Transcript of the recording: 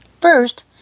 first